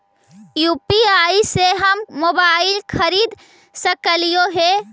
UPI से हम mobile खरिद सकलिऐ है